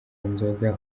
nzoga